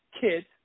kids